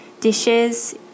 dishes